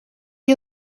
you